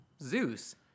zeus